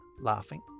laughing